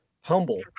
humble